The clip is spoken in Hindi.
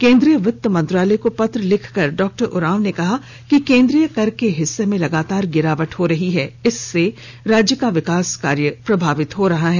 केंद्रीय वित्त मंत्रालय को पत्र लिखकर डॉ उराव ने कहा कि केंद्रीय कर के हिस्से में लगातार गिरावट हो रही है इससे राज्य का विकास कार्य प्रभावित हो रहा है